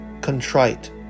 contrite